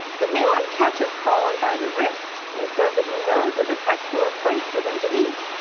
the man catches colin by the wrist and says that he knows of an excellent place for them to eat.